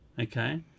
Okay